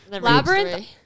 Labyrinth